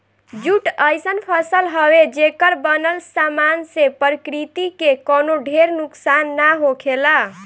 jute अइसन फसल हवे, जेकर बनल सामान से प्रकृति के कवनो ढेर नुकसान ना होखेला